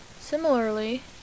similarly